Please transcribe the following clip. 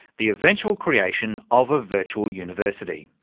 the eventual creation of a virtual university.